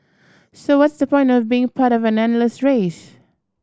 so what's the point of being part of an endless race